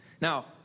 Now